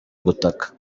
gutaka